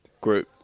group